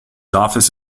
office